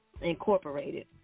Incorporated